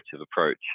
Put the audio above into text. approach